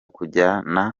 kujyana